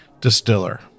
distiller